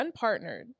unpartnered